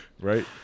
right